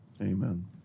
amen